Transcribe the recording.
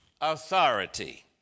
authority